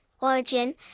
origin